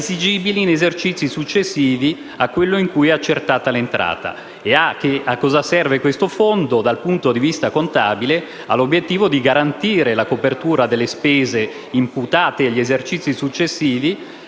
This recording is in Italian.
esigibili in esercizi successivi a quello in cui è accertata l'entrata. Il fondo, dal punto di vista contabile, ha l'obiettivo di garantire la copertura delle spese imputate agli esercizi successivi